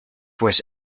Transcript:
was